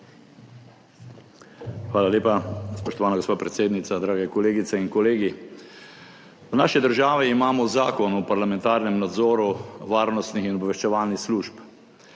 Hvala lepa, spoštovana gospa predsednica. Drage kolegice in kolegi! V naši državi imamo Zakon o parlamentarnem nadzoru varnostnih in obveščevalnih služb.